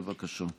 בבקשה.